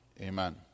Amen